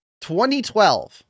2012